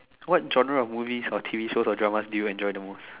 what genre of movie or T_V shows or drama do you enjoy the most